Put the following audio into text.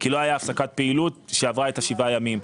כי לא הייתה הפסקת פעילות שעברה את השבעה הימים.